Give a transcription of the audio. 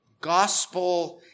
gospel